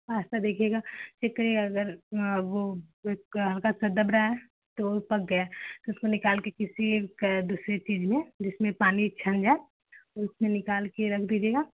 pasta देखिएगा एक कहीं अगर वह इसका दब रहा है तो वह पक गया उसको निकालकर किसी दूसरी चीज़ में जिसमें पानी छन जाए उसमें निकालकर रख दीजिएगा